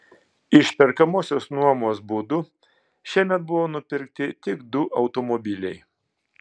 išperkamosios nuomos būdu šiemet buvo nupirkti tik du automobiliai